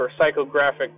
psychographic